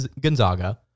Gonzaga